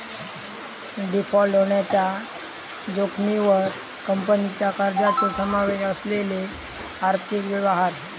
default होण्याच्या जोखमीवर कंपनीच्या कर्जाचो समावेश असलेले आर्थिक व्यवहार